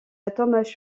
atomes